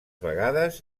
vegades